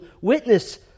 witness